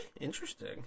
Interesting